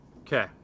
Okay